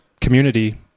community